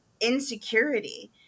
insecurity